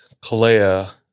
Kalea